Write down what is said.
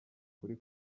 ukuri